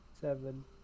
Seven